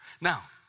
Now